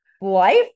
life